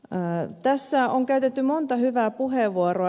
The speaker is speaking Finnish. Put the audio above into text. tässä on käytetty monta hyvää puheenvuoroa